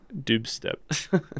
Dubstep